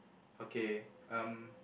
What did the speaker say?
okay um